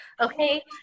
okay